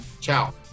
Ciao